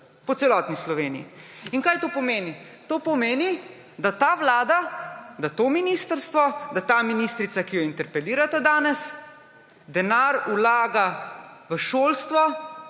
po celotni Sloveniji. In kaj to pomeni? To pomeni, da ta vlada, da to ministrstvo, da ta ministrica, ki jo interpelirate danes, denar vlaga v šolstvo,